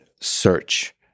search